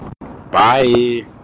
Bye